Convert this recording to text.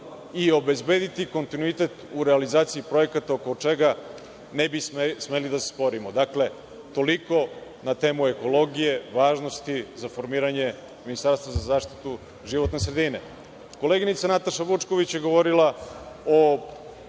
i obezbediti kontinuitet u realizaciji projekata, oko čega ne bi smeli da se sporimo. Dakle, toliko na temu ekologije, važnosti za formiranje ministarstva za zaštitu životne sredine. Koleginica Nataša Vučković je govorila o